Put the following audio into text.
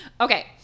Okay